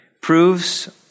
proves